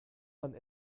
man